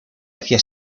hacía